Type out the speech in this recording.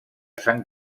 sant